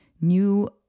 new